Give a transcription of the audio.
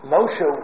Moshe